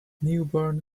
newborn